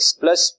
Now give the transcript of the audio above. plus